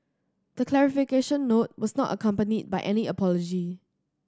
the clarification note was not accompanied by any apology